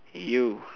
you